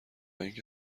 اینکه